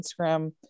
Instagram